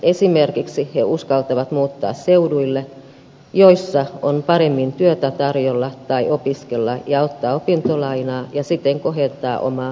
esimerkiksi he uskaltavat muuttaa seuduille joissa on paremmin työtä tarjolla tai opiskella ja ottaa opintolainaa ja siten kohentaa omaa työmarkkina asemaansa